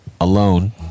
alone